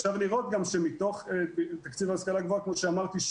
מתוך תקציב ההשכלה הגבוהה כמו שאמרתי,